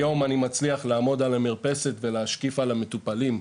היום אני מצליח לעמוד על המרפסת ולהשקיף על המטופלים,